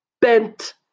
bent